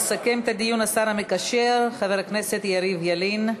יסכם את הדיון השר המקשר, חבר הכנסת יריב ילין,